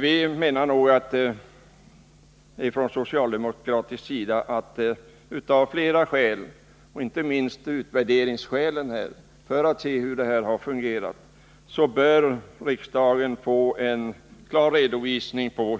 Vi anser på socialdemokratiskt håll att riksdagen av flera skäl, inte minst av utvärderingsskäl, bör få en klar redovisning av